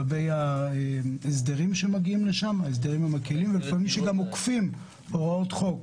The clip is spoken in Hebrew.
לגבי ההסדרים המקלים שמגיעים לשם שלפעמים עוקפים הוראות חוק,